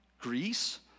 Greece